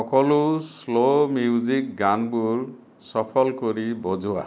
সকলো slow music গানবোৰ shuffle কৰি বজোৱা